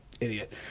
idiot